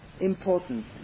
important